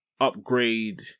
upgrade